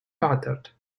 battered